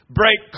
break